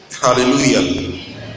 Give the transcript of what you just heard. Hallelujah